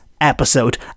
episode